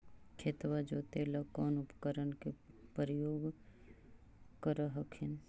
खेतबा जोते ला कौन उपकरण के उपयोग कर हखिन?